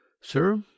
sir